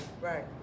right